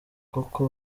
koko